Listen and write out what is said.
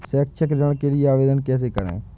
शैक्षिक ऋण के लिए आवेदन कैसे करें?